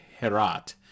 Herat